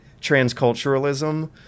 transculturalism